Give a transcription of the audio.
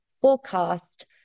forecast